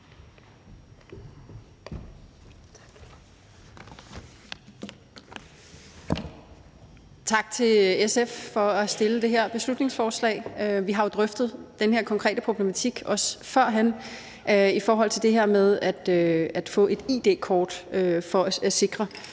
Tak til SF for at fremsætte det her beslutningsforslag. Vi har jo drøftet den her konkrete problematik førhen i forhold til det her med at få et id-kort for at sikre